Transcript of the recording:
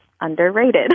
underrated